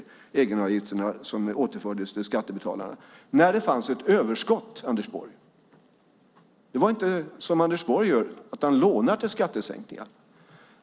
Det var egenavgifterna som återfördes till skattebetalarna. Detta gjordes när det fanns ett överskott, Anders Borg. Det var inte fråga om, som Anders Borg gör, att låna till skattesänkningar.